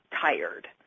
tired